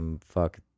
fuck